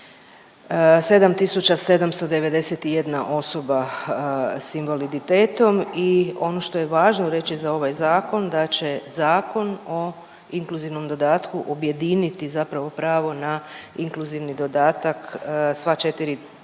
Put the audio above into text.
791 osoba s invaliditetom i ono što je važno reći za ovaj Zakon, da će Zakon o inkluzivnom dodatku objediniti zapravo pravo na inkluzivni dodatak sva 4 trenutno